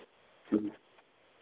ᱦᱮᱸ